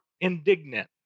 indignant